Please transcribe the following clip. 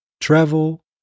travel